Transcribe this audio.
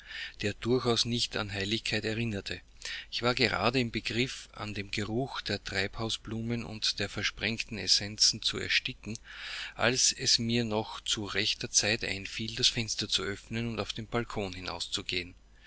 der durchaus nicht an heiligkeit erinnerte ich war gerade im begriff an dem geruch der treibhausblumen und der versprengten essenzen zu ersticken als es mir noch zu rechter zeit einfiel das fenster zu öffnen und auf den balkon hinauszugehen